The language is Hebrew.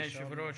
אדוני היושב-ראש,